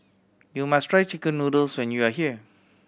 you must try chicken noodles when you are here